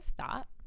thought